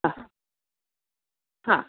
हा हा